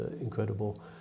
incredible